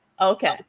okay